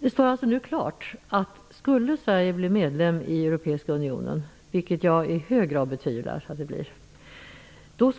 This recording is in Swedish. Det står alltså nu klart, att om Sverige blir medlem i Europeiska Unionen -- vilket jag i hög grad betvivlar --